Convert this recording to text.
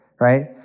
right